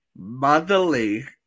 Motherly